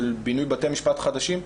של בינוי בתי משפט חדשים,